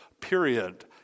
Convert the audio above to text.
period